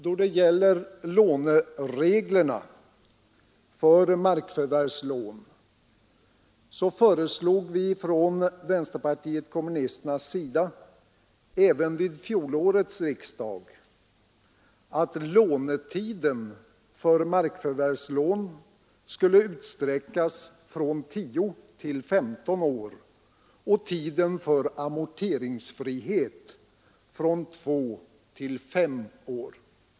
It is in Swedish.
Då det gäller lånereglerna för markförvärvslån föreslog vi från vänsterpartiet kommunisternas sida även vid fjolårets riksdag att lånetiden för markförvärvslån skulle utsträckas från tio till femton år och tiden för amorteringsfrihet från två till fem år.